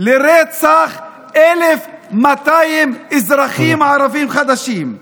לרצח 1,200 אזרחים ערבים חדשים.